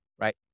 right